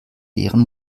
leeren